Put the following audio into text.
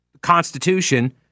Constitution